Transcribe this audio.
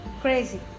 Crazy